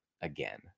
again